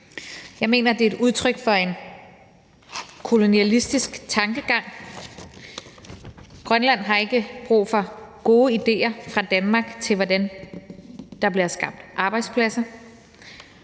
Jeg mener, at det er et udtryk for en kolonialistisk tankegang. Grønland har ikke brug for gode idéer fra Danmark til, hvordan der bliver skabt arbejdspladser.